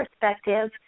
perspective